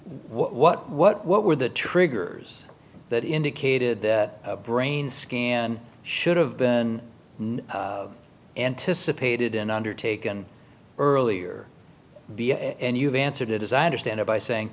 what what what were the triggers that indicated the brain scan should have been anticipated in undertaken earlier and you've answered it as i understand it by saying